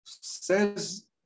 Says